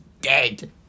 dead